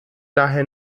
daher